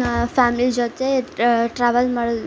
ನಾ ಫ್ಯಾಮ್ಲಿ ಜೊತೆ ಟ್ರ್ಯಾವೆಲ್ ಮಾಡೋದು